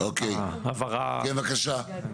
דרור